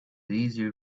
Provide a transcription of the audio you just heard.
easier